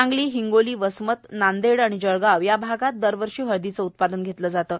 सांगली हिंगोली वसमत नांदेड जळगाव या भागात दरवर्षी हळदीचे उत्पादन घेतले जाते